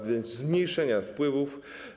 A więc zmniejszenie wpływów.